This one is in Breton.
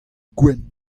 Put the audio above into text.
gwenn